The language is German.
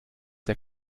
der